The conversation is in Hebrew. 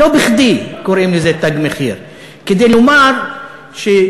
לא בכדי קוראים לזה "תג מחיר" כדי לומר שיהודים,